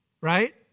Right